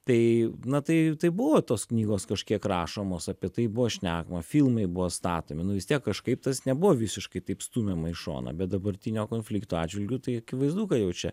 tai na tai tai buvo tos knygos kažkiek rašomos apie tai buvo šnekama filmai buvo statomi nu vis tiek kažkaip tas nebuvo visiškai taip stumiama į šoną bet dabartinio konflikto atžvilgiu tai akivaizdu ką jau čia